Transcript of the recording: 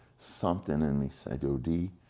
something in me said, yo d,